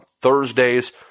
Thursdays